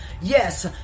Yes